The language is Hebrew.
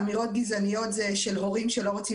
אמירות גזעניות זה של הורים שלא רוצים